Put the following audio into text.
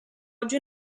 oggi